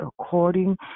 according